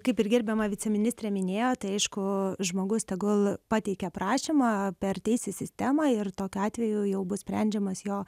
kaip ir gerbiama viceministrė minėjo tai aišku žmogus tegul pateikia prašymą per teisės sistemą ir tokiu atveju jau bus sprendžiamas jo